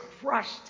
crushed